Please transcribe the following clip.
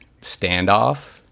Standoff